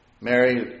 Mary